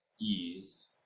ease